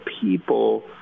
people